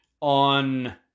on